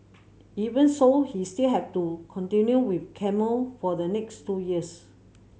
even so he still has to continue with chemo for the next two years